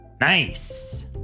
Nice